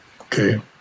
okay